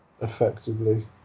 effectively